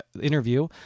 interview